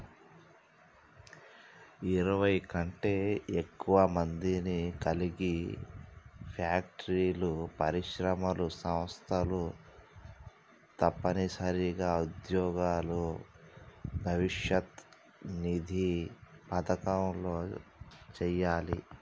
ఇరవై కంటే ఎక్కువ మందిని కలిగి ఫ్యాక్టరీలు పరిశ్రమలు సంస్థలు తప్పనిసరిగా ఉద్యోగుల భవిష్యత్ నిధి పథకంలో చేయాలి